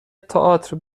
تاتر